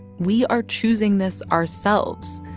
we are choosing this ourselves.